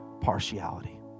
partiality